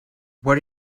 what